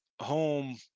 home